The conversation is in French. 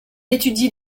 étudie